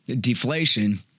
deflation